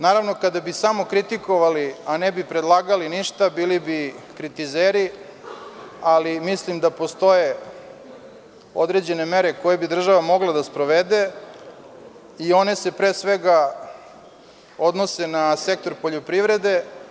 Naravno kada bi samo kritikovali, a ne bi predlagali ništa, bili bi kritizeri, ali mislim da postoje određene mere koje bi država mogla da sprovede, i one se pre svega odnose na sektor poljoprivrede.